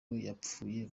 yapfuye